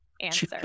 answer